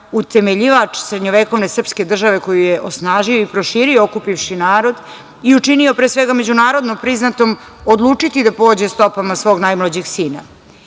utemeljivač srednjovekovne srpske države koju je osnažio i proširio okupivši narod i učinio međunarodno priznatim, odlučiti da pođe stopama svog najmlađeg sina.